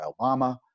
Obama